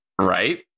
Right